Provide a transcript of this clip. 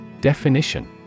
Definition